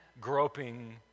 groping